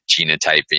genotyping